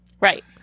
right